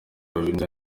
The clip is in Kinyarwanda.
habineza